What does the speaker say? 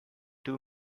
too